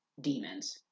demons